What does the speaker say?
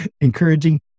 encouraging